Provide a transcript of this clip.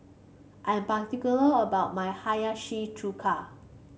I'm particular about my Hiyashi Chuka